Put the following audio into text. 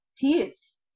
tears